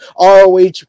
ROH